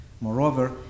Moreover